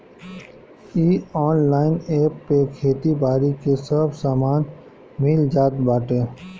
इ online app पे खेती बारी के सब सामान मिल जात बाटे